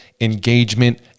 engagement